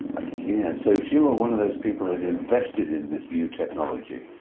a year. so if you were one of those people who'd invested in this new technology,